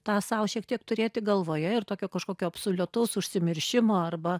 tą sau šiek tiek turėti galvoje ir tokio kažkokio absoliutaus užsimiršimo arba